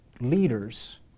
leaders